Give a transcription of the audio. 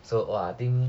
so !wah! I think